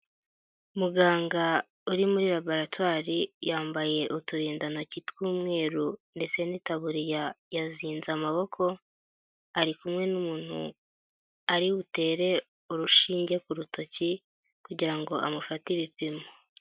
Muganga uri muri laboratwari yambaye uturindantoki tw'umweru ndetse n'itaburiya yazinze amaboko ari kumwe n'umuntu ari butere urushinge ku rutoki kugira ngo amufate ibipimo.